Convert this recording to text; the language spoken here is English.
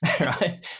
Right